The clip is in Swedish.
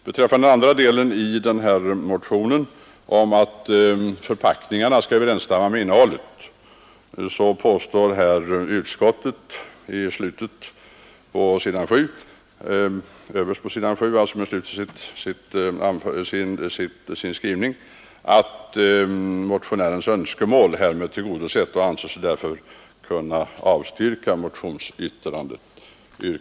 Beträffande den andra delen av motionen där det talas om att förpackningarna skall överensstämma med innehållet så påstår utskottet överst på s. 7 att motionärens önskemål härmed tillgodosetts, varför utskottet anser sig kunna avstyrka motionsyrkandet.